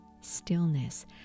stillness